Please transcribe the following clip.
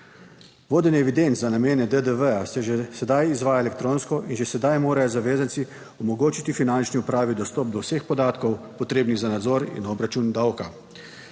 Vodenje evidenc za namene DDV-ja se že sedaj izvaja elektronsko in že sedaj morajo zavezanci omogočiti finančni upravi dostop do vseh podatkov potrebnih za nadzor in obračun davka.